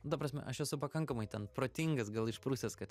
ta prasme aš esu pakankamai ten protingas gal išprusęs kad